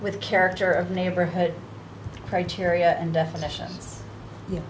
with character of neighborhood criteria and definition